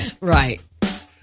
Right